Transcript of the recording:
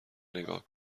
نگاه